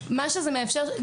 תקיפה סתם